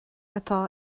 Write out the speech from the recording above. atá